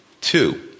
Two